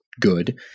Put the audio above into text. Good